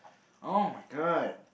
[oh]-my-god